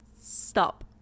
Stop